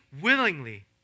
willingly